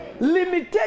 limitation